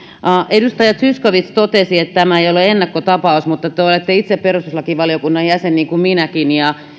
edustaja zyskowicz totesi että tämä ei ole ennakkotapaus mutta te olette itse perustuslakivaliokunnan jäsen niin kuin minäkin ja